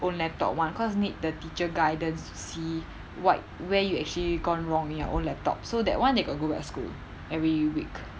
own laptop [one] cause need the teacher guidance to see what where you actually gone wrong in your own laptop so that [one] they got go back school every week